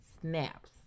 Snaps